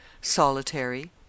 solitary